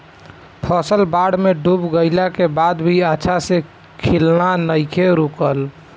फसल बाढ़ में डूब गइला के बाद भी अच्छा से खिलना नइखे रुकल